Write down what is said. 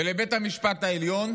ולבית המשפט העליון